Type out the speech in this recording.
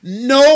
No